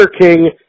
King